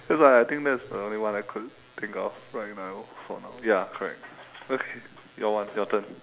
that's why I think that's the only one I could think of right now for now ya correct okay your one your turn